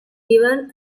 given